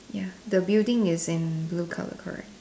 ya the building is in blue colour correct